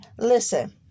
Listen